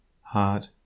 heart